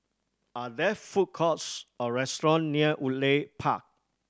are there food courts or restaurant near Woodleigh Park